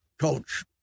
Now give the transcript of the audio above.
coach